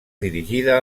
dirigida